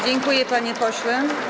Dziękuję, panie pośle.